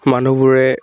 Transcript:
মানুহবোৰে